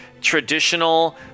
traditional